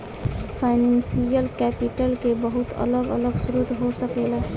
financial capital के बहुत अलग अलग स्रोत हो सकेला